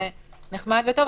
זה נחמד וטוב,